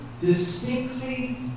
distinctly